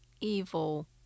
evil